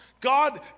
God